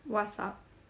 what's up